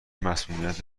مصمومیت